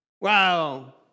Wow